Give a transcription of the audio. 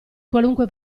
qualunque